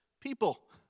People